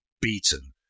beaten